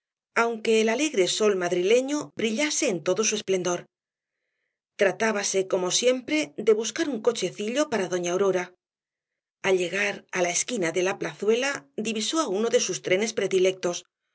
aunque el alegre sol madrileño brillase en todo su esplendor tratábase como siempre de buscar un cochecillo para doña aurora al llegar á la esquina de la plazuela divisó á uno de sus trenes predilectos